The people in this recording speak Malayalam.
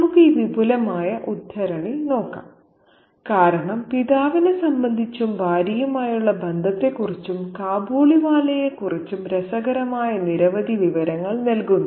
നമുക്ക് ഈ വിപുലമായ ഉദ്ധരണി നോക്കാം കാരണം പിതാവിനെ സംബന്ധിച്ചും ഭാര്യയുമായുള്ള ബന്ധത്തെക്കുറിച്ചും കാബൂളിവാലയെ കുറിച്ചും രസകരമായ നിരവധി വിവരങ്ങൾ നൽകുന്നു